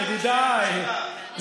ידידיי,